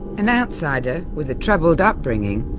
an outsider with a troubled upbringing,